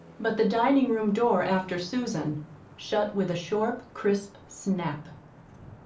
but the dining-room door after susan shut with a short, crisp snap.